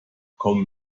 kommen